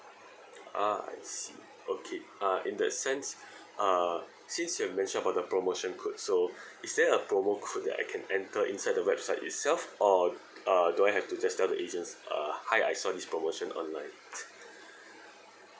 ah I see ya okay uh in that sense uh since you have mentioned about the promotion code so is there a promo code that I can enter inside the website itself or uh do I have to just to tell the agents uh hi I saw this promotion online